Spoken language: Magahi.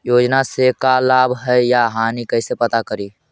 योजना से का लाभ है या हानि कैसे पता करी?